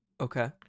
Okay